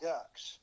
Ducks